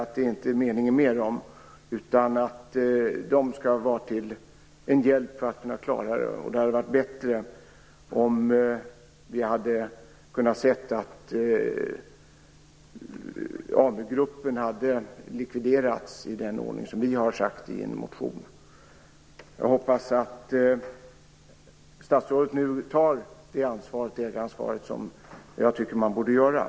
Detta är ju inte meningen med pengarna, utan de skall vara till hjälp för att kunna klara det hela. Det hade varit bättre om man hade kunnat se AMU-gruppen likvideras i den ordning Moderaterna har sagt i en motion. Jag hoppas att statsrådet nu tar det ägaransvaret. Jag tycker att så borde ske.